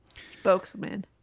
Spokesman